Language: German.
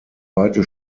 weite